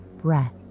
breath